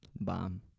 Bomb